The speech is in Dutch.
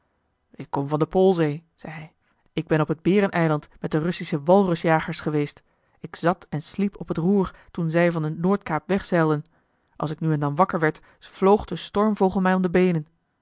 ik kom van de poolzee zei hij ik ben op het bereneiland met de russische walrusjagers geweest ik zat en sliep op het roer toen zij van de noordkaap wegzeilden als ik nu en dan wakker werd vloog de stormvogel mij om de beenen